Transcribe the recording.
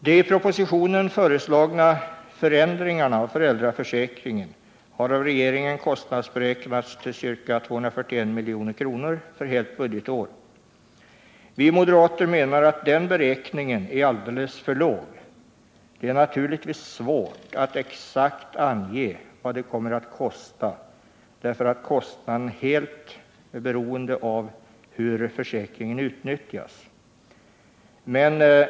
De i propositionen föreslagna förändringarna av föräldraförsäkringen har av regeringen kostnadsberäknats till ca 241 milj.kr. för helt budgetår. Vi moderater menar att den beräkningen är alldeles för låg. Det är naturligtvis svårt att exakt ange vad det kommer att kosta, eftersom kostnaden är helt beroende av hur försäkringen utnyttjas.